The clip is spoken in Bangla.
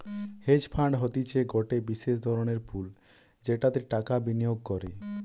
হেজ ফান্ড হতিছে গটে বিশেষ ধরণের পুল যেটাতে টাকা বিনিয়োগ করে